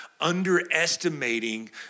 underestimating